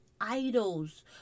idols